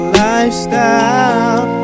lifestyle